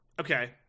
okay